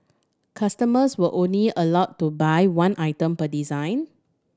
customers were only allowed to buy one item per design